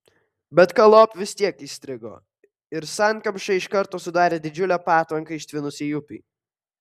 bet galop vis tiek įstrigo ir sankamša iš karto sudarė didžiulę patvanką ištvinusiai upei